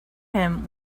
him